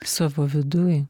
savo viduj